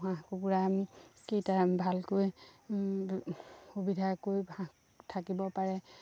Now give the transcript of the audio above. হাঁহ কুকুৰা আমি কেইটা ভালকৈ সুবিধাকৈ হাঁহ থাকিব পাৰে